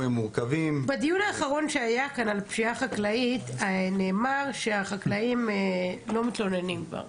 בדיון האחרון שהיה כאן על פשיעה חקלאית נאמר שהחקלאים כבר לא מתלוננים.